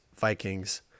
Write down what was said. Vikings